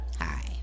Hi